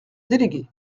délégué